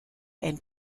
and